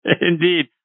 Indeed